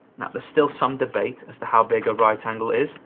now, there's still some debate as to how big a right angle is,